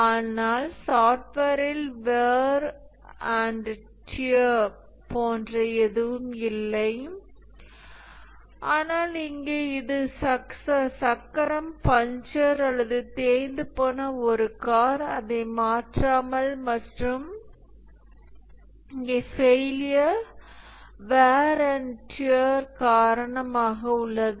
ஆனால் சாஃப்ட்வேரில் wear and tear போன்ற எதுவும் இல்லை ஆனால் இங்கே இது சக்கரம் பஞ்சர் அல்லது தேய்ந்துபோன ஒரு கார் அதை மாற்றலாம் மற்றும் இங்கே ஃபெயிலியர் வேர் ஆன்ட் டேர் காரணமாக உள்ளது